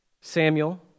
Samuel